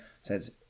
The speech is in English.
says